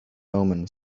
omen